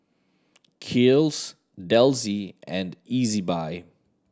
Kiehl's Delsey and Ezbuy